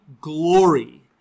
glory